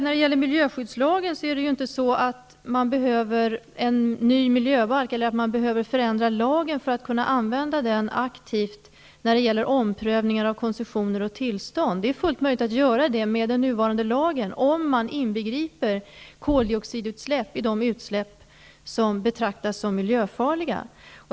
När det gäller miljöskyddslagen behöver man inte förändra lagen för att kunna använda den aktivt när det gäller omprövningar, koncessioner och tillstånd. Det är fullt möjligt att göra det med den nuvarande lagen, om man inbegriper koldioxidutsläppen i de utsläpp som betraktas som miljöfarliga.